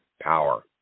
power